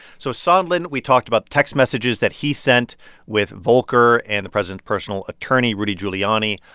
so sondland we talked about text messages that he sent with volker and the president's personal attorney, rudy giuliani,